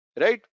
right